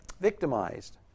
victimized